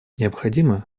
необходимо